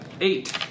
eight